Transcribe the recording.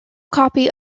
copy